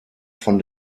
von